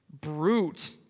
brute